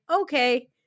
okay